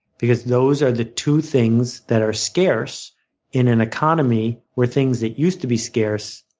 because those are the two things that are scarce in an economy where things that used to be scarce,